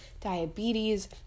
diabetes